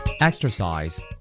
Exercise